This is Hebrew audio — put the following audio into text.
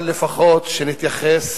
אבל לפחות שנתייחס